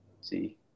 see